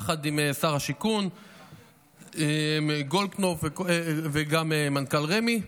עם שר השיכון גולדקנופ וגם מנכ"ל רמ"י.